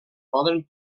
poden